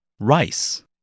Rice